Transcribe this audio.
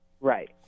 Right